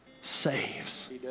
saves